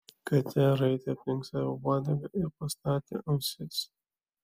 katė raitė aplink save uodegą ir pastatė ausis